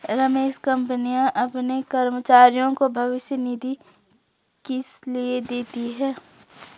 रमेश कंपनियां अपने कर्मचारियों को भविष्य निधि किसलिए देती हैं?